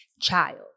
child